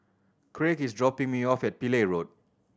Craig is dropping me off at Pillai Road